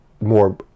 More